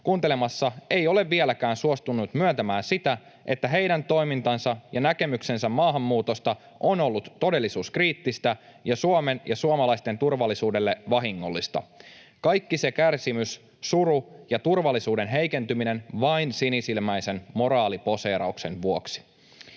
kuuntelemassa — ei ole vieläkään suostunut myöntämään sitä, että heidän toimintansa ja näkemyksensä maahanmuutosta on ollut todellisuuskriittistä ja Suomen ja suomalaisten turvallisuudelle vahingollista. Kaikki se kärsimys, suru ja turvallisuuden heikentyminen vain sinisilmäisen moraaliposeerauksen vuoksi.